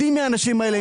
יודעים מי האנשים האלה.